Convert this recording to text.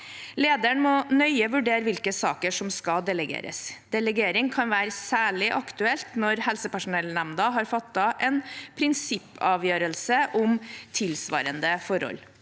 Lederen må nøye vurdere hvilke saker som skal delegeres. Delegering kan særlig være aktuelt når Helsepersonellnemnda har fattet en prinsippavgjørelse om tilsvarende forhold.